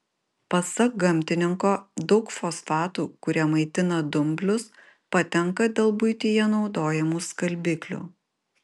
pasak gamtininko daug fosfatų kurie maitina dumblius patenka dėl buityje naudojamų skalbiklių